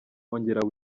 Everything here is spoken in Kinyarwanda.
ongera